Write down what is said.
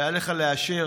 ועליך לאשר,